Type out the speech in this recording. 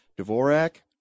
Dvorak